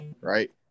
right